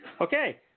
Okay